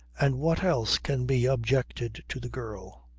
and what else can be objected to the girl?